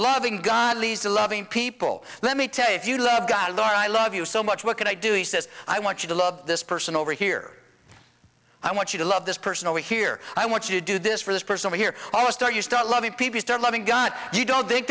lisa loving people let me tell you if you love god or i love you so much what can i do it says i want you to love this person over here i want you to love this person over here i want you to do this for this person here almost all you start loving people start loving god you don't think